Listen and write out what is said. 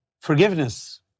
forgiveness